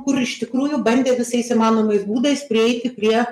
kur iš tikrųjų bandė visais įmanomais būdais prieiti prie